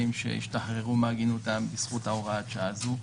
השתחררו מעגינותן בזכות הוראת השעה הזו.